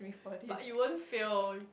but you won't fail